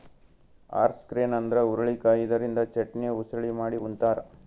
horse grain ಅಂದ್ರ ಹುರಳಿಕಾಯಿ ಇದರಿಂದ ಚಟ್ನಿ, ಉಸಳಿ ಮಾಡಿ ಉಂತಾರ್